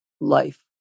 life